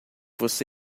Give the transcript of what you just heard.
você